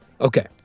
Okay